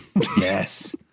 Yes